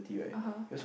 ah [huh]